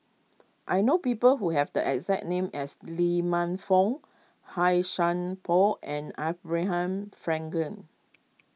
I know people who have the exact name as Lee Man Fong Hai shan Por and Abraham Frankel